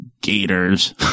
gators